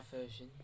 version